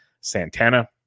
Santana